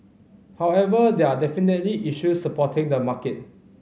however there are definitely issues supporting the market